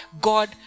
God